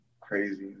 crazy